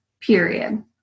period